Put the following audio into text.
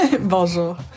Bonjour